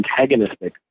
antagonistic